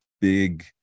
big